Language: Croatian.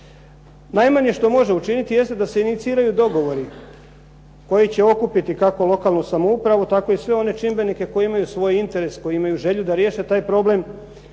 Najmanje što može učiniti jeste da se iniciraju dogovori koji će okupiti kako lokalnu samoupravu tako i sve one čimbenike koji imaju svoj interes, koji imaju želju da riješe taj problem,